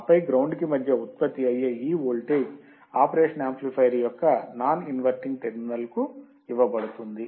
ఆ పై గ్రౌండ్ కి మధ్య ఉత్పత్తి అయ్యే ఈ వోల్టేజ్ ఆపరేషన్ యాంప్లిఫైయర్ యొక్క నాన్ ఇన్వర్టింగ్ టెర్మినల్కు ఇవ్వబడుతుంది